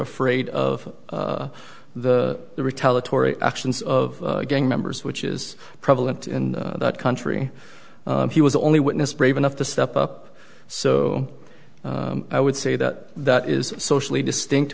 afraid of the retaliatory actions of gang members which is prevalent in that country he was the only witness brave enough to step up so i would say that that is socially distinct